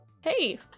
Hey